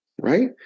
right